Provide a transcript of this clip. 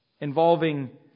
involving